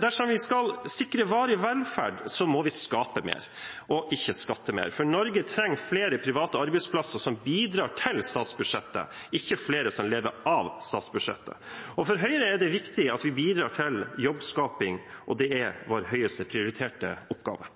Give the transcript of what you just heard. Dersom vi skal sikre varig velferd, må vi skape mer – ikke skatte mer. Norge trenger flere private arbeidsplasser som bidrar til statsbudsjettet, ikke flere som lever av statsbudsjettet. For Høyre er det viktig at vi bidrar til jobbskaping, og det er vår høyest prioriterte oppgave.